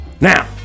Now